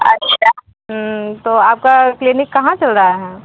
अच्छा तो आपका क्लिनिक कहाँ चल रहा है